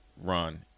run